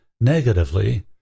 negatively